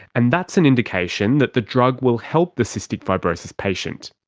and that's an indication that the drug will help the cystic fibrosis patient,